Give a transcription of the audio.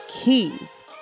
keys